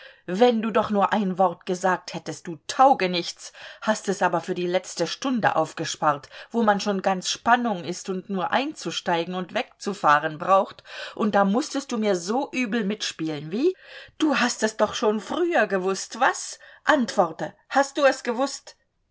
wenn du doch nur ein wort gesagt hättest du taugenichts hast es aber für die letzte stunde aufgespart wo man schon ganz spannung ist und nur einzusteigen und wegzufahren braucht und da mußtest du mir so übel mitspielen wie du hast es doch schon früher gewußt was antworte hast du es gewußt